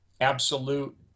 absolute